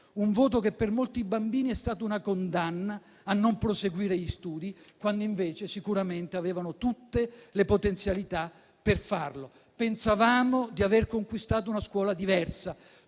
un voto che per molti bambini è stata una condanna a non proseguire gli studi, quando invece sicuramente avevano tutte le potenzialità per farlo. Pensavamo di aver conquistato una scuola diversa,